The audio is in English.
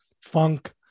funk